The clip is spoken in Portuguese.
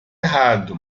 errado